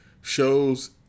shows